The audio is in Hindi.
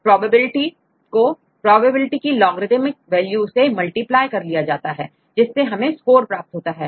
प्रोबेबिलिटी को प्रोबेबिलिटी की लोगरिथमिक वैल्यू से मल्टीप्लाई कर लिया जाता है जिससे हमें स्कोर प्राप्त हो जाता है